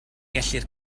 gellir